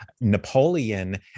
Napoleon